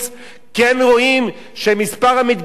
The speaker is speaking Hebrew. כן רואים שמספר המתגייסים,